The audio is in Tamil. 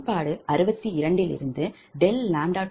சமன்பாடு 62 லிருந்து ∆ʎ1∆Pg1i12dPgidʎ1264